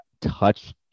touch